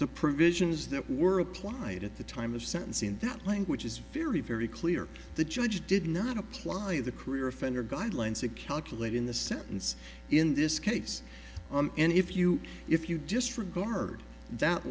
the provisions that were applied at the time of sentencing and that language is very very clear the judge did not apply the career offender guidelines to calculate in the sentence in this case and if you if you disregard that